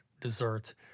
dessert